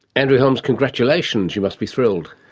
andrew holmes, congratulations, you must be thrilled.